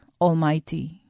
Almighty